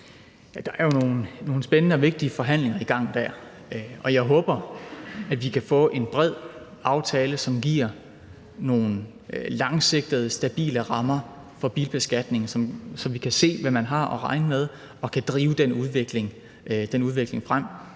Der er jo nogle spændende og vigtige forhandlinger i gang dér, og jeg håber, at vi kan få en bred aftale, som giver nogle langsigtede, stabile rammer for bilbeskatning, så vi kan se, hvad man kan regne med, og kan drive den udvikling frem: